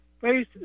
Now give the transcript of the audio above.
face